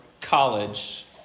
college